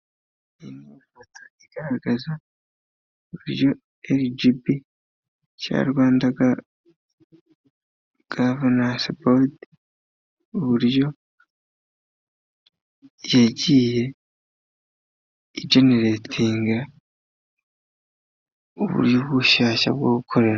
Iyi ni ifoto igaragaza uburyo RGB cya Rwanda gavanense bodi, uburyo yagiye ijeneretinga uburyo bushyashya bwo gukoresha.